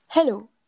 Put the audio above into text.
Hello